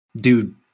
dude